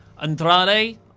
Andrade